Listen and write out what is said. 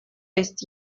есть